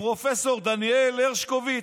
פרופ' דניאל הרשקוביץ',